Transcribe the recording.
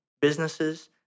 businesses